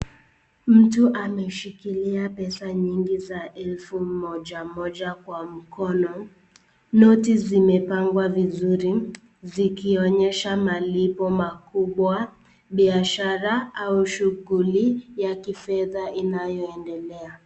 Mtu ameshikilia pesa nyingi za elfu moja moja kwa mkono. Noti zimepangwa vizuri zikionyesha malipo makubwa, biashara au shughuli ya kifedha inayoendelea.